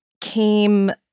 came